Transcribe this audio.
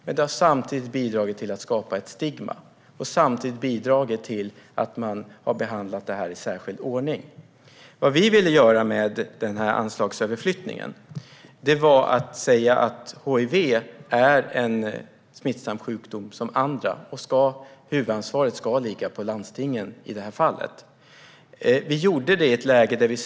Men det har samtidigt bidragit till att skapa ett stigma och till att man har behandlat detta i särskild ordning. Med den här anslagsöverflyttningen vill vi säga: Hiv är en smittsam sjukdom som andra, och huvudansvaret ska ligga på landstingen i det här fallet.